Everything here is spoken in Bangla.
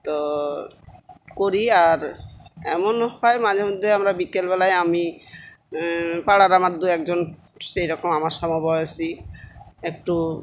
তো করি আর এমনও হয় মাঝেমধ্যে আমরা বিকালবেলায় আমি পাড়ার আমার দু একজন সেই রকম আমার সমবয়সি একটু